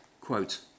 quote